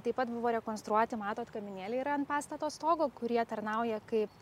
taip pat buvo rekonstruoti matot kaminėliai yra ant pastato stogo kurie tarnauja kaip